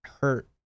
hurt